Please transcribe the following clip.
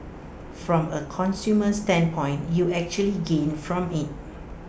from A consumer standpoint you actually gain from IT